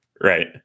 Right